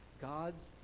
God's